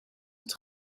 het